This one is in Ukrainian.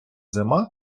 зима